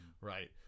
right